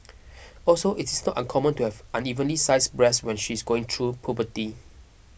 also it is not uncommon to have unevenly sized breasts when she is going through puberty